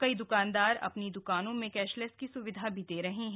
कई द्वकानदार अपनी द्कानों में कैशलेस की स्विधा भी दे रहे हैं